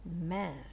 man